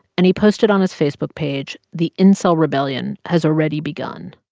and he posted on his facebook page, the incel rebellion has already begun.